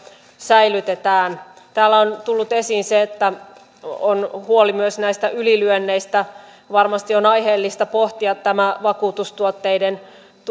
säilytetään täällä on tullut esiin se että on huoli myös näistä ylilyönneistä varmasti on aiheellista pohtia tätä vakuutustuotteiden